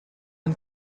and